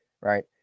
right